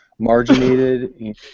marginated